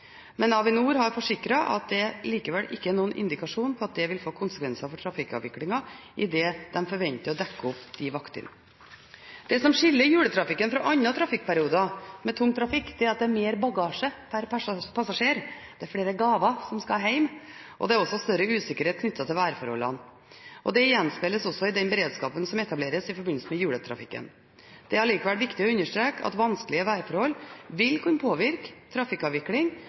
Men Avinor har forsikret at det likevel ikke er noen indikasjoner på at det vil få konsekvenser for trafikkavviklingen, idet de forventer å dekke opp de vaktene. Det som skiller juletrafikken fra andre trafikkperioder med tung trafikk, er at det er mer bagasje per passasjer – det er flere gaver som skal hjem – og det er også større usikkerhet knyttet til værforholdene. Dette gjenspeiles i den beredskapen som etableres i forbindelse med juletrafikken. Det er likevel viktig å understreke at vanskelige værforhold vil kunne påvirke